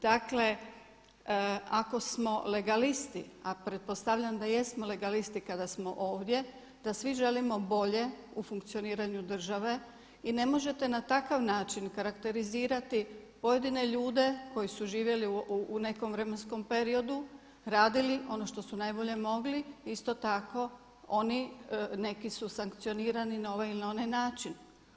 Dakle, ako smo legalisti, a pretpostavljam da jesmo legalisti kada smo ovdje, da svi želimo bolje u funkcioniranju države i ne možete na takav način karakterizirati pojedine ljude koji su živjeli u nekom vremenskom periodu, radili ono što su najbolje mogli isto tako oni neki su sankcionirani na ovaj ili onaj način.